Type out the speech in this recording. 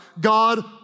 God